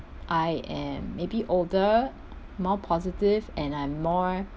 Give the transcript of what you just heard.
I am maybe older more positive and I'm more